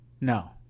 No